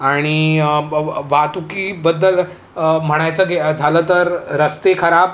आणि वाहतुकीबद्दल म्हणायचं गे झालं तर रस्ते खराब